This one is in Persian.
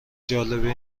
جالبه